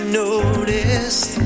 noticed